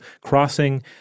crossing